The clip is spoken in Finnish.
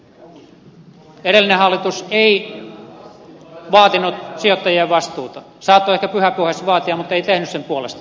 edellinen hallitus ei vaatinut sijoittajien vastuuta saattoi ehkä pyhäpuheissa vaatia mutta ei tehnyt sen puolesta